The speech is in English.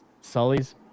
sully's